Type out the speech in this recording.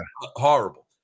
horrible